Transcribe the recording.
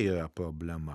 ją problema